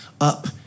up